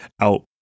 out